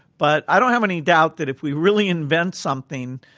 but i don't have any doubt that if we really invent something,